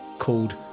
called